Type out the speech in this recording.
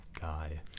guy